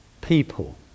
people